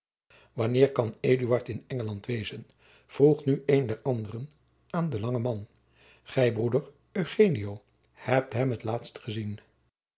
wanneer kan eduard in engeland wezen vroeg nu een der anderen aan den langen man gij broeder eugenio hebt hem het laatst gezien